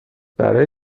برای